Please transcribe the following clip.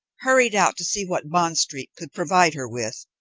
hurried out to see what bond street could provide her with,